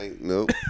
Nope